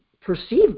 perceive